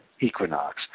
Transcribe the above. equinox